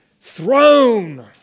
throne